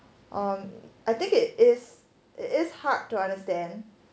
um I think it is it is hard to understand